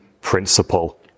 principle